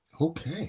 Okay